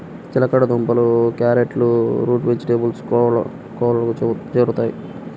చిలకడ దుంపలు, క్యారెట్లు రూట్ వెజిటేబుల్స్ కోవలోకి చేరుతాయి